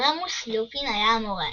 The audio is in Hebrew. רמוס לופין היה המורה,